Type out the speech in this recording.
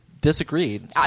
disagreed